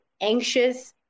anxious